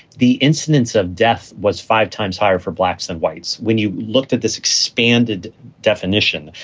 the incidence of death was five times higher for blacks and whites. when you looked at this expanded definition,